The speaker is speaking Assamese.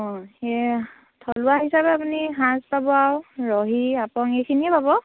অঁ সেই থলুৱা হিচাপে আপুনি সাজ পাব আৰু ৰহি আপং এইখিনিয়ে পাব